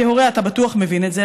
כהורה אתה בטוח מבין את זה,